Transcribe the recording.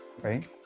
right